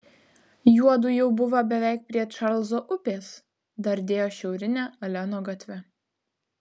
juodu jau buvo beveik prie čarlzo upės dardėjo šiaurine aleno gatve